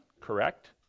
correct